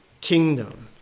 kingdom